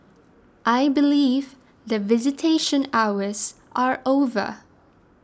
I believe that visitation hours are over